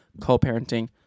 co-parenting